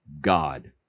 God